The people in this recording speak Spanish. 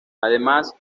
además